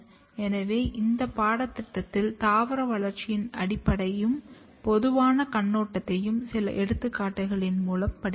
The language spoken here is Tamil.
எனவே இந்த பாடத்திட்டத்தில் தாவர வளர்ச்சியின் அடிப்படையும் பொதுவான கண்ணோட்டத்தையும் சில எடுத்துக்காட்டுகள் மூலம் படித்தோம்